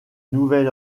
nouvel